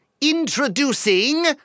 Introducing